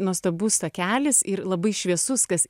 nuostabus takelis ir labai šviesus kas